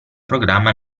programma